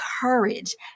courage